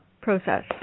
process